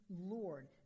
Lord